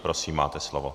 Prosím, máte slovo.